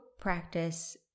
practice